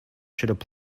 should